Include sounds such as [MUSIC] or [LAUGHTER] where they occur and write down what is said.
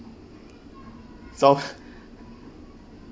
so [BREATH]